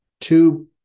Two